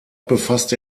befasste